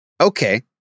Okay